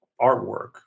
artwork